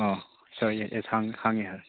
ꯑꯧ ꯁꯥꯔ ꯈꯪꯉꯦ ꯌꯥꯏ